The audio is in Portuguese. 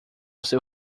seu